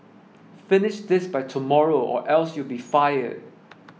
finish this by tomorrow or else you'll be fired